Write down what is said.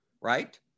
right